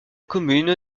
commune